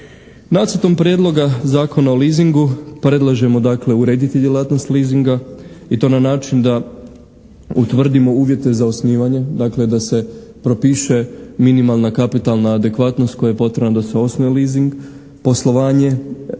Nacrtom prijedloga Zakona o leasingu predlažemo dakle urediti djelatnost leasinga i to na način da utvrdimo uvjete za osnivanje, dakle da se propiše minimalna kapitalna adekvatnost koja je potrebna da se osnuje leasing, poslovanje